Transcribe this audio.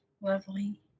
lovely